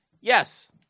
Yes